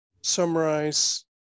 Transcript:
summarize